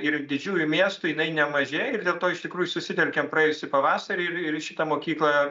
ir didžiųjų miestų jinai nemažėja ir dėl to iš tikrų susitelkėm praėjusį pavasarį ir ir šitą mokyklą